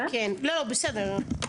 --- לא, בסדר.